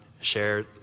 share